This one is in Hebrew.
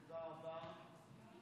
תודה רבה.